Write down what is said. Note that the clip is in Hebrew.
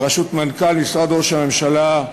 בראשות מנכ"ל משרד ראש הממשלה,